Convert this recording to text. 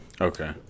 Okay